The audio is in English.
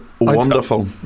wonderful